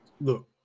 look